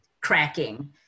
cracking